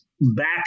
back